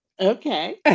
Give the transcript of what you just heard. Okay